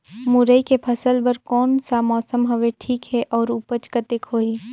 मुरई के फसल बर कोन सा मौसम हवे ठीक हे अउर ऊपज कतेक होही?